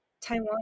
Taiwan